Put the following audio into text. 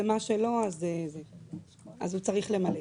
ומה שלא הוא צריך למלא.